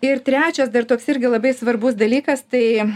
ir trečias dar toks irgi labai svarbus dalykas tai